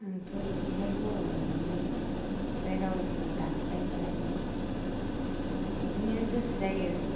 आंथ'बिइदिहाय बर'निफ्राय राव जेबो दानस्लायफेराखै ओमफ्राय बिदिनो गोसो जायो